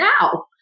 now